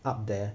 up there